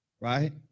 right